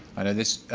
i know this,